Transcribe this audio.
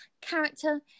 character